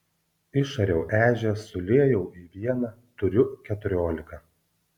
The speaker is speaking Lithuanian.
išariau ežią suliejau į vieną turiu keturiolika